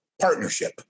partnership